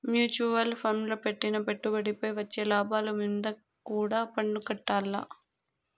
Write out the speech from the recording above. mutual ఫండ్ల పెట్టిన పెట్టుబడిపై వచ్చే లాభాలు మీంద కూడా పన్నుకట్టాల్ల